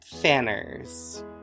fanners